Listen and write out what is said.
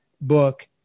book